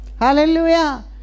Hallelujah